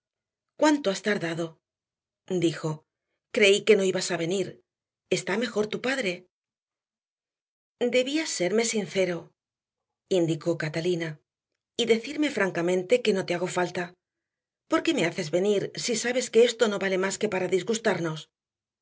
cuánto has tardado dijo creí que no ibas a venir está mejor tu padre debías serme sincero indicó catalina y decirme francamente que no te hago falta por qué me haces venir si sabes que esto no vale más que para disgustarnos